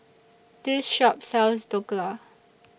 This Shop sells Dhokla